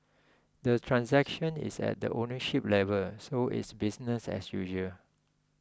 the transaction is at the ownership level so it's business as usual